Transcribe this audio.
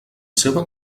seva